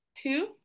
two